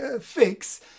fix